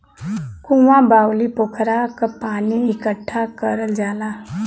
कुँआ, बाउली, पोखरा क पानी इकट्ठा करल जाला